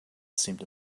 seemed